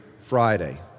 Friday